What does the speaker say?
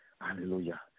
Hallelujah